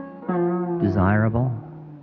desirable